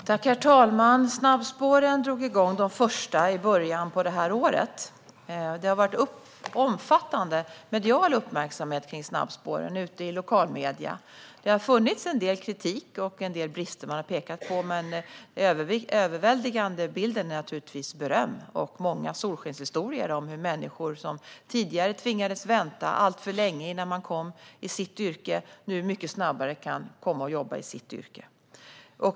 Herr talman! De första snabbspåren drog igång i början av det här året. Det har varit en omfattande medial uppmärksamhet kring snabbspåren i lokala medier. Det har funnits en del kritik och man har pekat på en del brister, men den övervägande bilden är naturligtvis beröm. Det finns många solskenshistorier om hur människor som tidigare tvingades vänta alltför länge innan de fick arbeta i sitt yrke nu mycket snabbare kan komma att göra det.